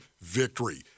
victory